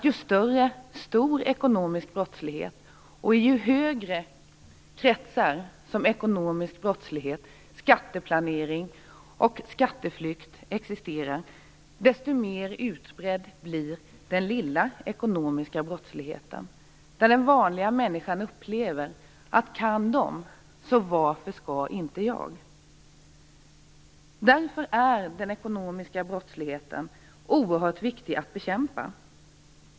Ju större "stor" ekonomisk brottslighet blir, och i ju högre kretsar ekonomisk brottslighet, skatteplanering och skatteflykt existerar, desto mer utbredd blir den "lilla" ekonomiska brottsligheten. Den vanliga människan tänker: Kan de, varför skall då inte jag? Därför är den ekonomiska brottsligheten oerhört viktig att bekämpa.